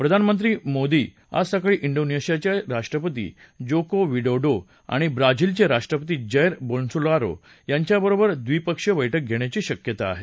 प्रधानमंत्री मोदी आज सकाळी डोनेशियाचे राष्ट्रपती जोको विडोडो आणि ब्राझीलचे राष्ट्रपती जैर बोल्सोनारो यांच्याबरोबर द्विपक्षीय बैठक घेण्याची शक्यता आहे